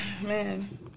Man